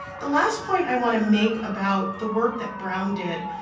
the last point i want to make about the work that brown did,